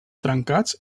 trencats